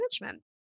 management